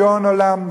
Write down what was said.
גאון עולם,